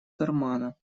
кармана